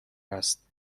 است